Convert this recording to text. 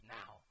now